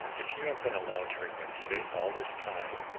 if you have been allowed to remain safe all this time,